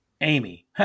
Amy